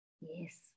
Yes